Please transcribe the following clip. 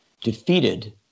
defeated